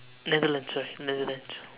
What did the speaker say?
Netherlands sorry Netherlands